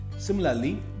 Similarly